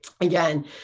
again